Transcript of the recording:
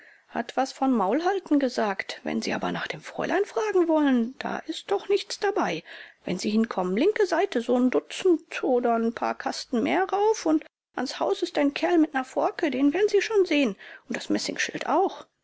hat was von maulhalten gesagt wenn sie aber nach dem fräulein fragen wollen da ist doch nichts dabei wenn sie hinkommen linke seite so'n dutzend oder n paar kasten mehr rauf und an's haus ist ein kerl mit ner forke den werden sie schon sehen und das messingschild auch